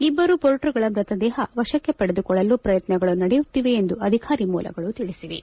ಇಬ್ಬರು ಪೊರ್ಟರ್ಗಳ ಮೃತದೇಹ ವಶಕ್ಕೆ ಪಡೆದುಕೊಳ್ಳಲು ಪ್ರಯತ್ನಗಳು ನಡೆಯುತ್ತಿವೆ ಎಂದು ಅಧಿಕಾರಿ ಮೂಲಗಳು ತಿಳಿಸಿವೆ